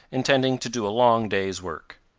intending to do a long day's work.